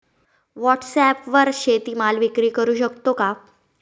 व्हॉटसॲपवर शेती माल विक्री करु शकतो का?